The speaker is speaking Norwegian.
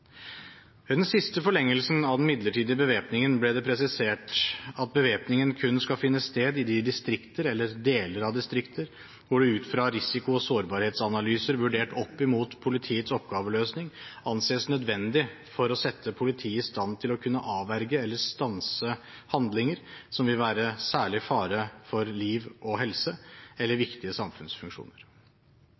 Ved den siste forlengelsen av den midlertidige bevæpningen ble det presisert «at bevæpning kun skal finne sted i de distrikter/deler av distrikter hvor det utfra risiko- og sårbarhetsanalyser, vurdert opp mot politiets oppgaveløsning, anses nødvendig for å sette politiet i stand til å kunne avverge eller stanse handlinger som vil være særlig fare for liv og helse eller viktige